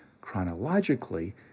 chronologically